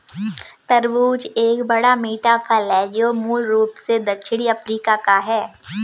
तरबूज एक बड़ा, मीठा फल है जो मूल रूप से दक्षिणी अफ्रीका का है